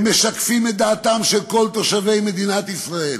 הם משקפים את דעתם של כל תושבי מדינת ישראל,